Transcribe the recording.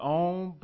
own